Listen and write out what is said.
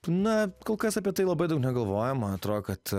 na kol kas apie tai labai daug negalvojam man atrodo kad